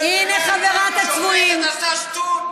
הינה חבורת הצבועים, איזו שטות.